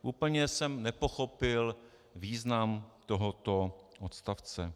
Úplně jsem nepochopil význam tohoto odstavce.